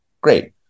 great